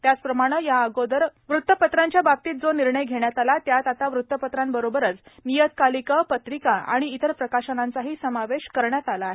त्याचप्रमाणे या अगोदर वृतपत्रांत बाबतीत जो निर्णय घेण्यात आला त्यात आता वृत्तपत्रांबरोबरच नियतकालिक पत्रिका आणि इतर प्रकाशनांचाही समावेश करण्यात आला आहे